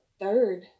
third